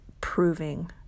proving